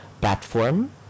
platform